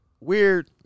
weird